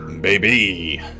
baby